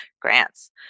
grants